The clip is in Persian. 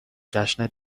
جشن